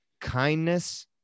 Kindness